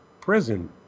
prison